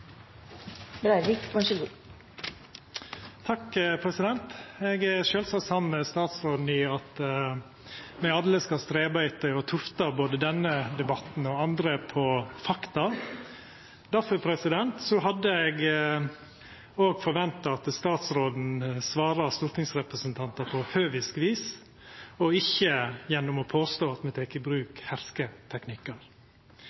sjølvsagt samd med statsråden i at me alle skal streva etter å tufta både denne og andre debattar på fakta. Difor hadde eg forventa at statsråden svarte stortingsrepresentantar på høvisk vis og ikkje gjennom å påstå at me tek i